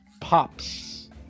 pops